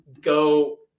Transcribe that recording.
go